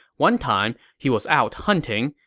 one time he was out hunting,